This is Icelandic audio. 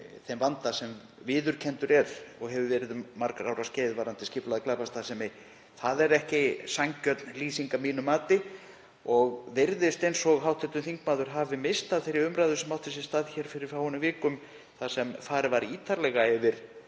þeim vanda sem viðurkenndur er og hefur verið um margra ára skeið varðandi skipulagða glæpastarfsemi. Það er ekki sanngjörn lýsing að mínu mati og virðist sem hv. þingmaður hafi misst af þeirri umræðu sem átti sér stað hér fyrir fáeinum vikum þar sem farið var ítarlega yfir